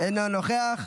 אינו נוכח,